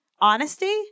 honesty